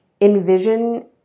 envision